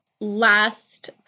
last